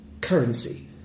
currency